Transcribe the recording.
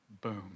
Boom